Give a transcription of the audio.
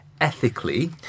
Ethically